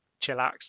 chillax